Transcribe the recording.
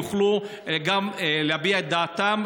גם הם יוכלו להביע את דעתם.